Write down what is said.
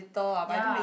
ya